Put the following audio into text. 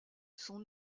son